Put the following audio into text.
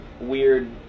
weird